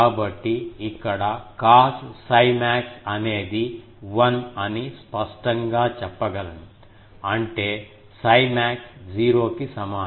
కాబట్టి ఇక్కడ cos 𝜓 max అనేది 1 అని స్పష్టంగా చెప్పగలను అంటే 𝜓 max 0 కి సమానం